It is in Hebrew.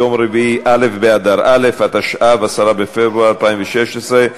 התשע"ו 2016,